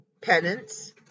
penance